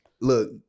Look